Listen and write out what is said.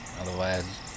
Otherwise